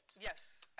Yes